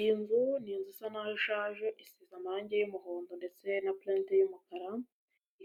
Iyi nzu, ni inzu isa naho ishaje, isize amarangi y'umuhondo, ndetse na purente y'umukara,